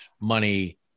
money